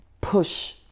push